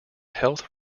health